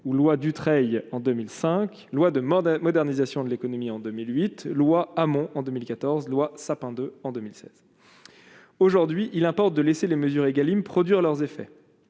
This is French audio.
loi Dutreil en 2005, loi de modernisation de l'économie en 2008 loi Hamon en 2014 loi Sapin II en 2016 aujourd'hui, il importe de laisser les mesures Egalim produire leurs effets,